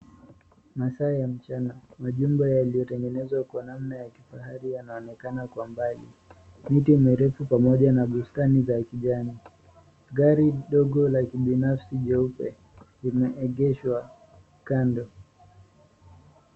Masaa ya mchana. Majumba yaliyotengeneza kwa nanna ya kifahari yanaonekana kwa mbali. Miti mirefu pamoja na bustani za kijani. Gari dogo la kibinafsi jeupe limeegeshwa kando.